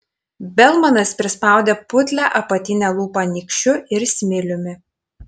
belmanas prispaudė putlią apatinę lūpą nykščiu ir smiliumi